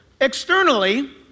externally